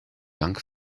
bank